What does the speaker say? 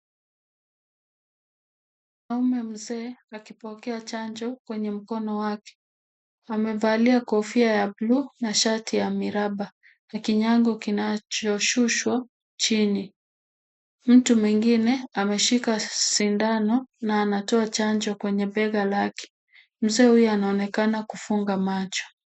Mwanaume mzee akipokea chanjo kwenye mkono wake. Amevalia kofia ya bluu na shati ya miraba na kinyago kinachoshushwa chini. Mtu mwingine ameshika sindano na anatoa chanjo kwenye bega lake. Mzee huyu anaonekana kufunga macho.